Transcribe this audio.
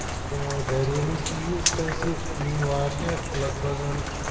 تہٕ گریلوٗ چیٖز چھِ اَسہِ نِنۍ واریاہ لگ بگن